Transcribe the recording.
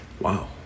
Wow